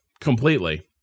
completely